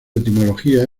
etimología